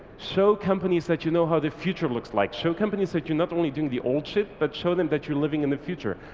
show companies that you know how the future looks like. show companies that you're not only doing the old ship but show them that you're living in the future.